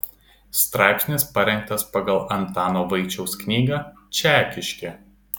straipsnis parengtas pagal antano vaičiaus knygą čekiškė